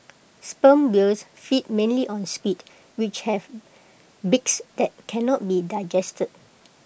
sperm whales feed mainly on squid which have beaks that cannot be digested